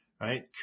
right